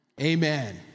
Amen